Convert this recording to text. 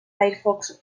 firefox